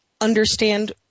understand